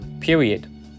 period